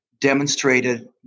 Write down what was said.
demonstrated